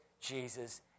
Jesus